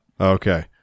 Okay